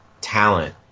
talent